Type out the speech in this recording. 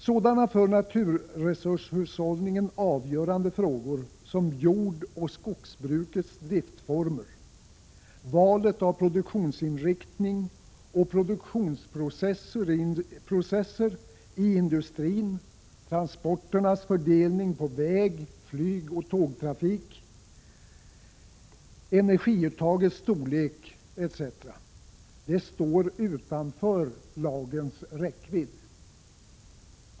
Sådana för naturresurshushållningen avgörande frågor som jordoch skogsbrukets driftsformer, valet av produktionsinriktning och produktionsprocesser i industrin, transporternas fördelning på väg-, flygoch tågtrafik, energiuttagets storlek etc. står utanför lagens räckvidd.